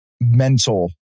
mental